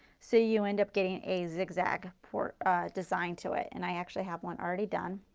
so you end up getting a zigzag for design to it and i actually have one already done.